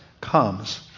comes